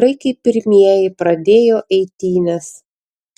graikai pirmieji pradėjo eitynes